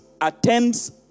attends